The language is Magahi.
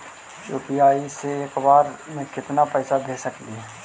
यु.पी.आई से एक बार मे केतना पैसा भेज सकली हे?